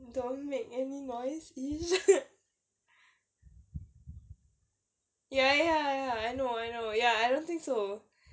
don't make any noiseish ya ya ya I know I know ya I don't think so